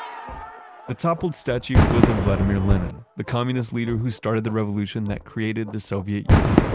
the toppled statue was of vladimir lenin, the communist leader who started the revolution that created the soviet union,